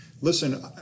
Listen